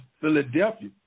Philadelphia